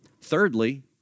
Thirdly